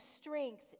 strength